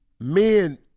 Men